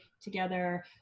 together